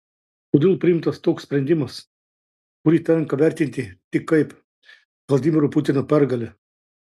kodėl priimtas toks sprendimas kurį tenka vertinti tik kaip vladimiro putino pergalę